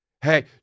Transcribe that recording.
Hey